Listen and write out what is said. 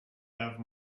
have